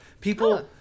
People